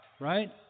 Right